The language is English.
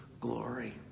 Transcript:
glory